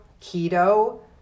keto